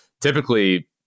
typically